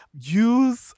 use